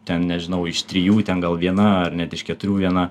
ten nežinau iš trijų ten gal viena ar net iš keturių viena